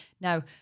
now